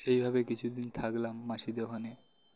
সেইভাবে কিছুদিন থাকলাম মাসিদের ওখানে